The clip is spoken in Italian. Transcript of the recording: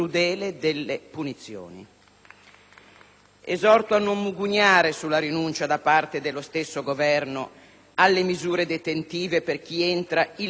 Esorto a non mugugnare sulla rinuncia da parte dello stesso Governo alle misure detentive per chi entra illegalmente nel territorio italiano.